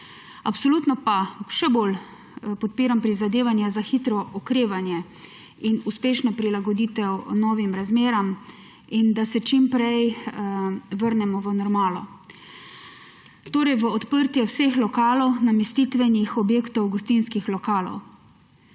Absolutno pa še bolj podpiram prizadevanje za hitro okrevanje in uspešno prilagoditev novim razmeram in da se čimprej vrnemo v normalo, torej v odprtje vseh lokalov, namestitvenih objektov, gostinskih lokalov.